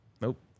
nope